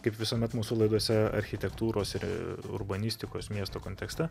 kaip visuomet mūsų laidose architektūros ir urbanistikos miestų kontekste